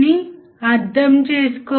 output వద్ద voltage ఎంత